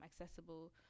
accessible